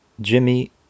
Jimmy